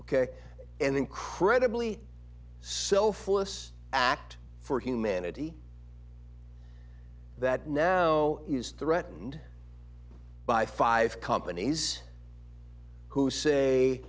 ok and incredibly selfless act for humanity that now is threatened by five companies who say